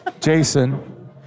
jason